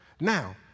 Now